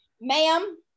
Ma'am